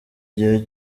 igihe